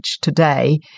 today